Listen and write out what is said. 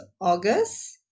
August